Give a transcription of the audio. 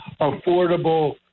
affordable